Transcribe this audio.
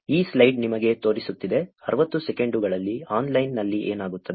ಈ ಸ್ಲೈಡ್ ನಿಮಗೆ ತೋರಿಸುತ್ತಿದೆ 60 ಸೆಕೆಂಡುಗಳಲ್ಲಿ ಆನ್ಲೈನ್ನಲ್ಲಿ ಏನಾಗುತ್ತದೆ